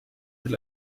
will